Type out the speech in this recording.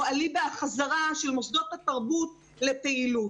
או אליבא החזרה של מוסדות התרבות לפעילות.